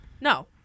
No